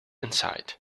inside